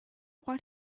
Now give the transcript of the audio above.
what